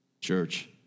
church